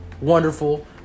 wonderful